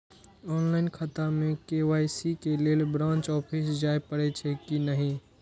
Online खाता में KYC के लेल ब्रांच ऑफिस जाय परेछै कि नहिं?